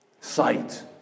sight